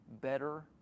better